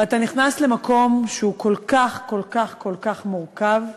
ואתה נכנס למקום שהוא כל כך כל כך כל כך מורכב.